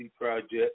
Project